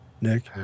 Nick